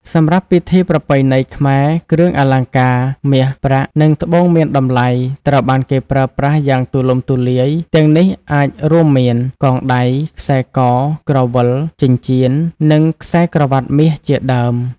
សម្រាប់ពិធីប្រពៃណីខ្មែរ គ្រឿងអលង្ការ មាស ប្រាក់ និង ត្បូងមានតម្លៃ ត្រូវបានគេប្រើប្រាស់យ៉ាងទូលំទូលាយ ទាំងនេះអាចរួមមាន កងដៃ ខ្សែក ក្រវិល ចិញ្ចៀន និងខ្សែក្រវាត់មាសជាដើម ។